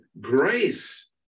grace